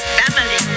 family